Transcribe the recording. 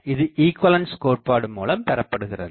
இது ஈகுவலன்ஸ் கோட்பாடு மூலம் பெறப்படுகிறது